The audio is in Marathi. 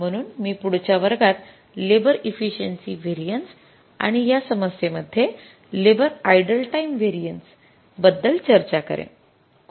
म्हणून मी पुढच्या वर्गात लेबर एफिसियेंसी व्हेरिएन्सेस आणि या समस्येमध्ये लेबर आइडल टाईम व्हेरिएन्सेस बद्दल चर्चा करेन